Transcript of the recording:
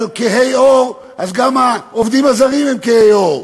היו נגד כהי עור, אז גם העובדים הזרים הם כהי עור,